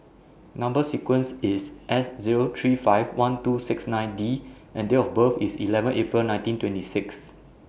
Number sequence IS S Zero three five one two six nine D and Date of birth IS eleven April nineteen twenty six